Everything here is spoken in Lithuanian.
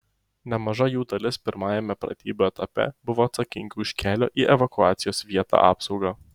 nemaža jų dalis pirmajame pratybų etape buvo atsakingi už kelio į evakuacijos vietą apsaugą